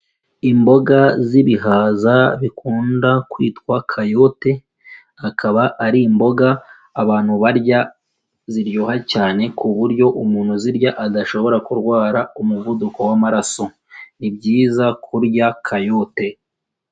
Imboga z'ibihaza bikunda kwitwa kayote, akaba ari imboga abantu barya ziryoha cyane ku buryo umuntu uzirya adashobora kurwara umuvuduko w'amaraso, ni byiza kurya kayote.